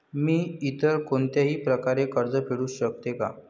मी इतर कोणत्याही प्रकारे कर्ज फेडू शकते का?